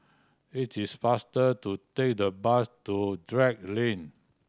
it is faster to take the bus to Drake Lane